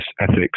ethics